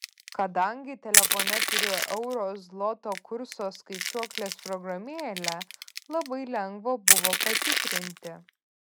kadangi telefone turiu euro zloto kurso skaičiuoklės programėlę labai lengva buvo patikrinti